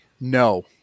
no